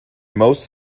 most